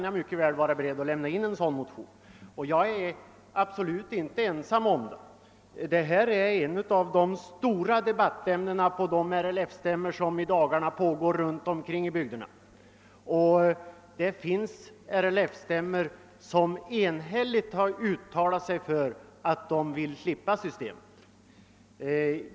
Jag är absolut in te ensam om denna inställning. Detta är ett av de stora debattämnena på de RLF-stämmor som i dagarna pågår runt om i bygderna. Vissa RLF-stämmor har enhälligt uttalat att de vill slippa systemet.